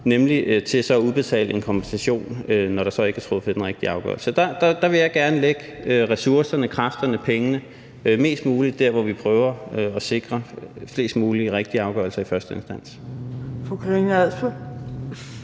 nemlig til så at udbetale en kompensation, når der ikke er truffet den rigtige afgørelse. Jeg vil gerne lægge ressourcerne, kræfterne, pengene mest muligt der, hvor vi prøver at sikre flest mulige rigtige afgørelser i første instans.